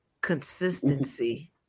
Consistency